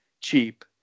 cheap